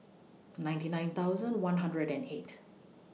ninety nine thousand one hundred and eight